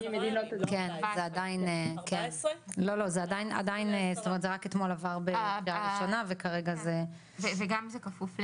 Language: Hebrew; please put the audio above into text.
זה רק אתמול עבר בקריאה ראשונה וכרגע זה --- וגם זה כפוף להסכמון,